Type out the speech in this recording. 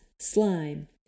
Slime